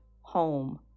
home